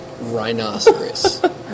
rhinoceros